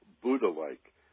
buddha-like